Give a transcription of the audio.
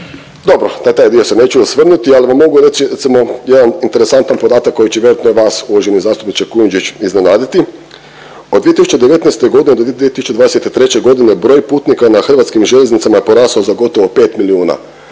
Dobro, na taj dio se neću osvrnuti ali mu mogu reći recimo jedan interesantan podatak koji će vjerojatno i vas uvaženi zastupniče Kujundžić iznenaditi. Od 2019. godine do 2023. godine broj putnika na Hrvatskim željeznicama je porastao za gotovo 5 milijuna